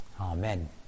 Amen